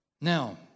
Now